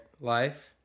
life